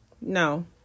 no